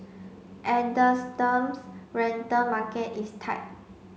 rental market is tight